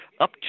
up